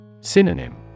Synonym